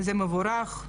זה מבורך,